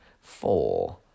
four